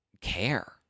care